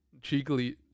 Cheekily